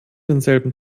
denselben